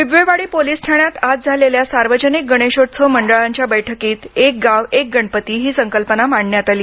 Bibwewadi police ठाण्यात आज झालेल्या सार्वजनिक गणेशोत्सव मंडळांच्या बैठकीत एक गाव एक गणपती ही संकल्पना मांडण्यात आली